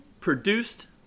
produced